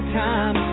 time